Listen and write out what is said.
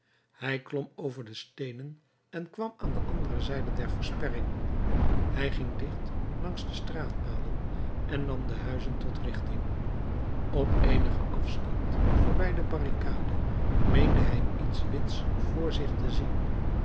hij klom over de steenen en kwam aan de andere zijde der versperring hij ging dicht langs de straatpalen en nam de huizen tot richting op eenigen afstand voorbij de barricade meende hij iets wits voor zich te zien